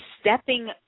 stepping